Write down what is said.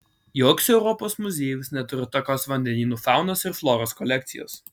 joks europos muziejus neturi tokios vandenynų faunos ir floros kolekcijos